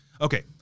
okay